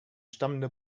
stammende